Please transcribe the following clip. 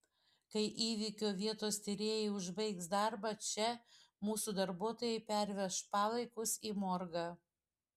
kai įvykio vietos tyrėjai užbaigs darbą čia mūsų darbuotojai perveš palaikus į morgą